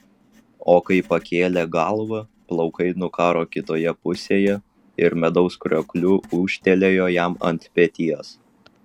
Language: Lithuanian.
o kai pakėlė galvą plaukai nukaro kitoje pusėje ir medaus kriokliu ūžtelėjo jam ant peties